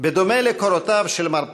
בדומה לקורותיו של מר פרס,